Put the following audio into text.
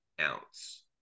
ounce